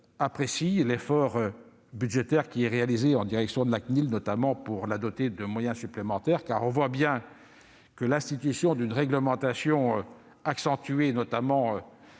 apprécie l'effort budgétaire qui est réalisé en direction de la CNIL pour la doter de moyens supplémentaires, car on voit bien que le renforcement de la réglementation, notamment